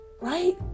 right